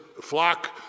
flock